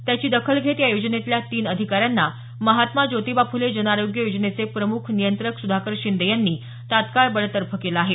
त्याची दखल घेत या योजनेतल्या तीन अधिकाऱ्यांना महात्मा ज्योतिबा फुले जनआरोग्य योजनेचे प्रमुख नियंत्रक सुधाकर शिंदे यांनी तत्काळ बडतर्फ केलं आहे